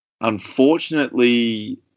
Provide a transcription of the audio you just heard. unfortunately